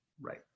Right